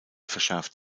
verschärft